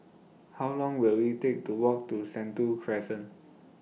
How Long Will IT Take to Walk to Sentul Crescent